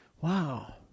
Wow